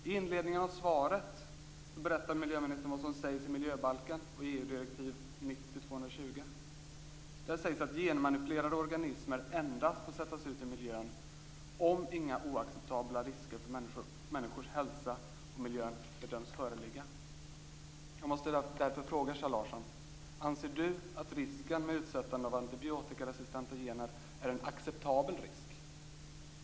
I inledningen av svaret berättar miljöministern vad som sägs i miljöbalken och i EU-direktiv 90/220. Där sägs att genmanipulerade organismer endast får sättas ut i miljön om inga oacceptabla risker för människors hälsa och miljön bedöms föreligga. Jag måste därför fråga Kjell Larsson om han anser att risken med utsättande av antibiotikaresistenta gener är en acceptabel risk.